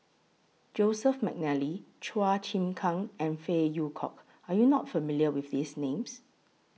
Joseph Mcnally Chua Chim Kang and Phey Yew Kok Are YOU not familiar with These Names